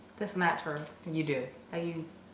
that's not true. can you do i use?